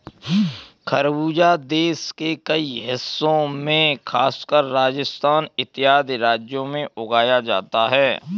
खरबूजा देश के कई हिस्सों में खासकर राजस्थान इत्यादि राज्यों में उगाया जाता है